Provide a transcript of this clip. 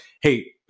hey